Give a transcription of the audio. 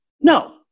no